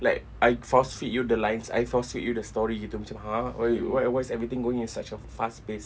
like I force-feed you the lines I force-feed you the story itu macam !huh! why you why why is everything going in such a fast pace